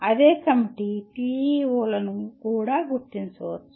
అదే committee PEO లను కూడా గుర్తించవచ్చు